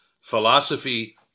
philosophy